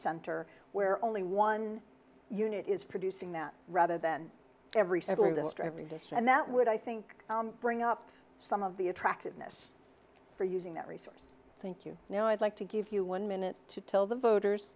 center where only one unit is producing that rather than every several destroy every dish and that would i think bring up some of the attractiveness for using that resource thank you now i'd like to give you one minute to tell the voters